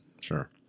sure